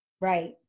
Right